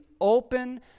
open